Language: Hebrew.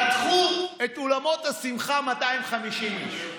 פתחו את אולמות השמחה, 250 איש,